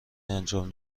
انجام